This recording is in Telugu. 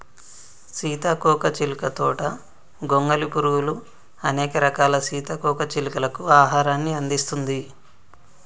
సీతాకోక చిలుక తోట గొంగలి పురుగులు, అనేక రకాల సీతాకోక చిలుకలకు ఆహారాన్ని అందిస్తుంది